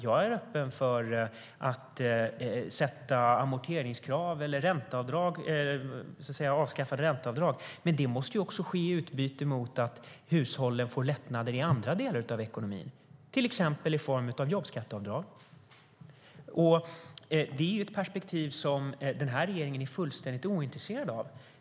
Jag är öppen för att sätta amorteringskrav eller att avskaffa ränteavdrag. Men det måste ske i utbyte mot att hushållen får lättnader i andra delar av ekonomin, till exempel i form av jobbskatteavdrag. Det är ett perspektiv som regeringen är fullständigt ointresserad av.